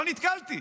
לא נתקלתי.